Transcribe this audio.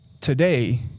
today